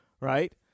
right